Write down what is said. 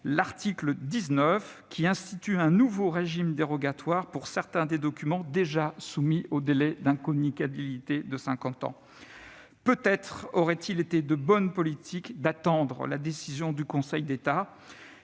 l'article 19, qui institue un nouveau régime dérogatoire pour certains des documents déjà soumis au délai d'incommunicabilité de cinquante ans. Peut-être eût-il été de bonne politique d'attendre la décision du Conseil d'État